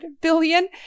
billion